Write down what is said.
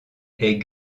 est